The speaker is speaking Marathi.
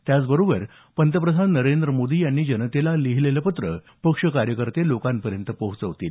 त्याचबरोबर पंतप्रधान नरेंद्र मोदी यांनी जनतेला लिहिलेलं पत्र पक्ष कार्यकर्ते लोकांपर्यंत पोहोचवतील